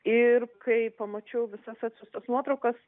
ir kai pamačiau visas atsiųstas nuotraukas